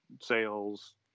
sales